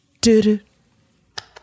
Do-do